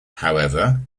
however